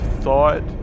thought